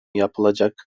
yapılacak